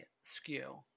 skew